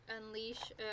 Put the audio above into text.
unleash